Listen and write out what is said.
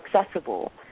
accessible